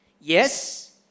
Yes